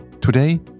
Today